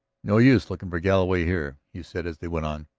no use looking for galloway here, he said as they went on.